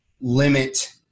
limit